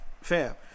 Fam